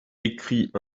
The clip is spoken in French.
écrit